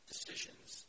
decisions